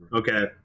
Okay